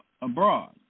abroad